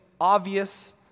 obvious